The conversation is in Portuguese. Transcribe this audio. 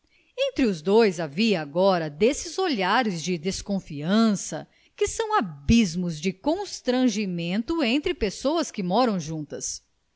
entre os dois havia agora desses olhares de desconfiança que são abismos de constrangimento entre pessoas que moram juntas